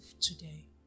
today